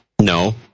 No